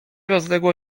rozległo